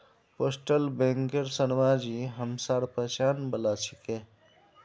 postal बैंकेर शर्माजी हमसार पहचान वाला छिके